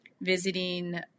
visiting